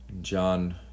John